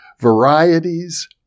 Varieties